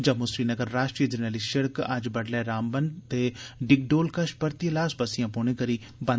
जम्मू श्रीनगर राष्ट्रीय जरनैली सिड़क अज्ज बड्डलै रामबन दे डिगडोल कश परतियै लास पस्सियां पौने करी बंद